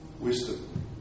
wisdom